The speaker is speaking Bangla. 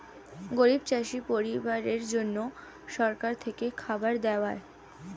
গরিব চাষি পরিবারের জন্য সরকার থেকে খাবার দেওয়া